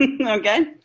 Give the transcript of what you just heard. Okay